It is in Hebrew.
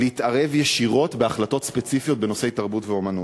להתערב ישירות בהחלטות ספציפיות בנושאי תרבות ואמנות.